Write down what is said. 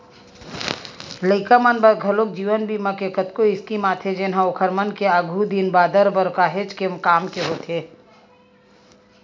लइका मन बर घलोक जीवन बीमा के कतको स्कीम आथे जेनहा ओखर मन के आघु दिन बादर बर काहेच के काम के होथे